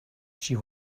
she